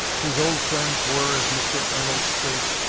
his old friends were, as mr. arnold states,